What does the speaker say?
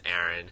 Aaron